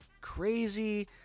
crazy